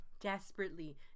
desperately